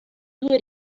due